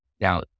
Now